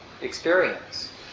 experience